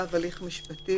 (ו)הליך משפטי,